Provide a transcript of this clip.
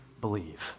believe